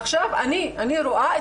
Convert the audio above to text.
עכשיו אני רואה,